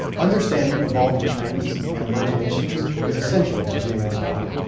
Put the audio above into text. understanding evolving trends and emerging issues is essential to gaos work.